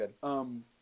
good